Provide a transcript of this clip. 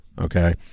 okay